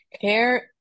care